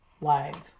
live